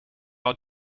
out